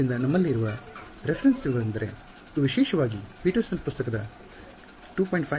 ಆದ್ದರಿಂದ ನಮ್ಮಲ್ಲಿರುವ ಉಲ್ಲೇಖಗಳು ಇವುಗಳೆಂದರೆ ಇದು ವಿಶೇಷವಾಗಿ ಪೀಟರ್ಸನ್ನ ಪುಸ್ತಕದ 2